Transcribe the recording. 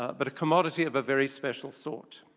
but a commodity of a very special sort.